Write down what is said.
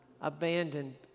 abandoned